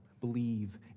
Believe